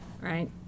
right